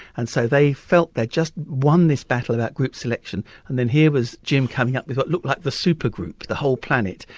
and so they felt they'd just won this battle about group selection and then here was jim coming up with what looked like the supergroup, the whole planet,